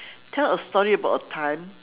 tell a story about a time